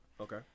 Okay